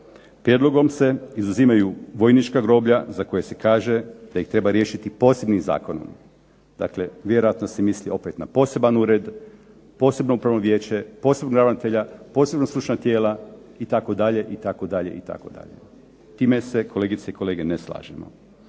Prijedlogom se izuzimaju vojnička groblja za koja se kaže da ih treba riješiti posebnim zakonom, dakle vjerojatno se misli opet na poseban ured, posebno upravno vijeće, posebnog ravnatelja, posebna stručna tijela itd., itd. S time se kolegice i kolege ne slažemo.